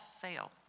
fail